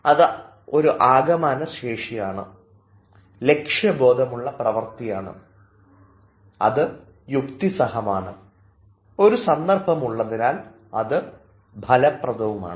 അത് ഒരു ആകമാന ശേഷിയാണ് ലക്ഷ്യബോധമുള്ള പ്രവർത്തിയാണ് അത് യുക്തിസഹമാണ് ഒരു സന്ദർഭം ഉള്ളതിനാൽ അത് ഫലപ്രദമാണ്